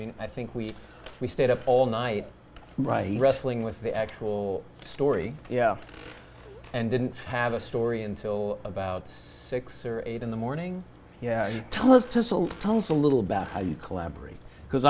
mean i think we we stayed up all night wrestling with the actual story yeah and didn't have a story until about six or eight in the morning tell us this all sounds a little about how you collaborate because